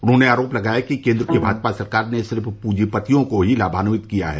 उन्होंने आरोप लगाया कि केन्द्र की भाजपा सरकार ने सिर्फ पूंजीपतियों को ही लाभान्वित किया है